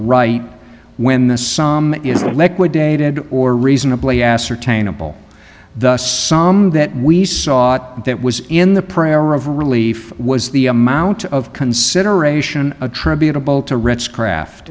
right when the sum is liquidated or reasonably ascertainable the sum that we saw that was in the prayer of relief was the amount of consideration attributable to risk craft